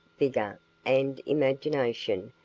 vigor and imagination,